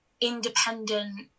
independent